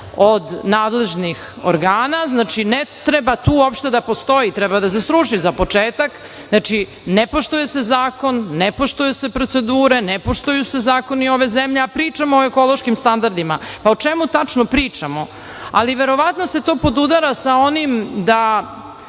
od nadležnih organa, znači, ne treba tu uopšte da postoji, treba da se sruši, za početak. Znači, ne poštuje se zakon, ne poštuju se procedure, ne poštuju se zakoni ove zemlje, a pričamo o ekološkim standardima. Pa, o čemu tačno pričamo? Ali, verovatno se to podudara sa onim da